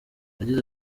yagize